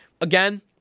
Again